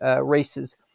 races